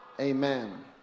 Amen